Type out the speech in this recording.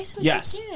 Yes